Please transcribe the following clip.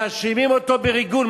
מאשימים אותו בריגול.